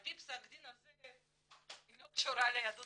על פי פסק הדין הזה היא לא קשורה ליהדות